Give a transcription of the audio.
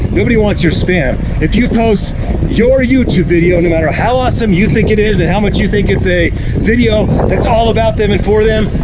nobody wants your spam. if you post your youtube video no matter how awesome you think it is, and how much you think it's a video, that's all about them, and for them,